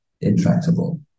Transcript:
intractable